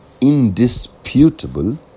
indisputable